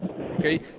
Okay